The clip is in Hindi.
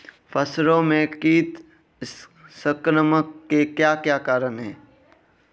फसलों में कीट संक्रमण के क्या क्या कारण है?